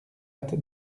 hâte